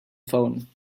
phone